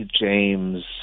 James